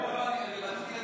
לא, רציתי לדעת.